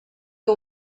que